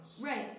Right